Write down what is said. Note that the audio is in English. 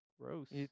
Gross